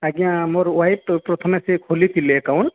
ଆଜ୍ଞା ମୋର ୱାଇଫ୍ ପ୍ରଥମେ ସେ ଖୋଲିଥିଲେ ଆକାଉଣ୍ଟ୍